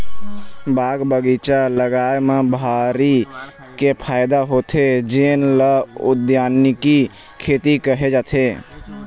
बाग बगीचा लगाए म भारी के फायदा होथे जेन ल उद्यानिकी खेती केहे जाथे